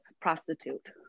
prostitute